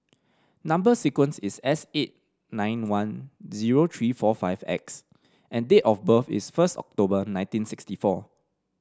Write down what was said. number sequence is S eight nine one zero three four five X and date of birth is first October nineteen sixty four